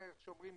ואיך שאומרים,